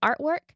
artwork